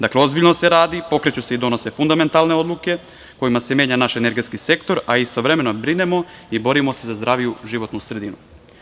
Dakle, ozbiljno se radi, pokreću se i donose fundamentalne odluke kojima se menja naš energetski sektor, a istovremeno brinemo i borimo se za zdraviju životnu sredinu.